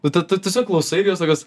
nu tu tu tiesiog klausai ir jos tokios